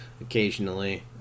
occasionally